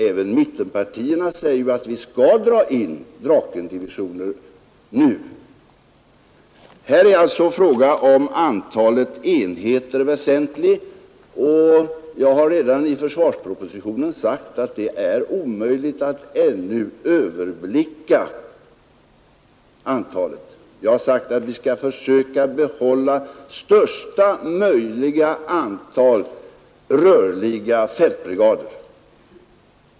Även mittenpartierna säger ju att vi skall dra in Drakendivisioner nu. Här är alltså frågan om antalet enheter väsentlig, och jag har redan i försvarspropositionen sagt att det är omöjligt att ännu överblicka antalet. Jag har sagt att vi skall försöka behålla största möjliga antal rörliga fältbrigader.